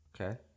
Okay